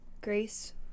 grace